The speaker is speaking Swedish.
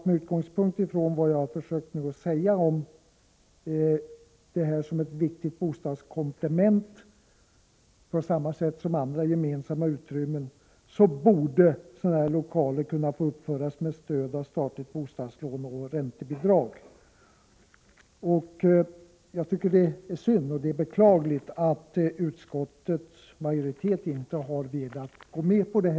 Med utgångspunkt i att t.ex. kommunala dagcentraler, som jag nu har försökt visa, är ett viktigt bostadskomplement borde sådana lokaler få uppföras med stöd av statligt bostadslån och räntebidrag, på samma sätt som andra gemensamma utrymmen. Jag tycker det är beklagligt att utskottets majoritet inte har velat gå med på det.